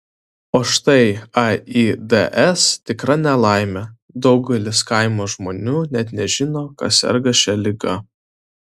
o štai aids tikra nelaimė daugelis kaimo žmonių net nežino kad serga šia liga